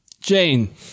Jane